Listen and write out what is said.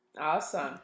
Awesome